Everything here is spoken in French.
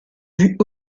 vus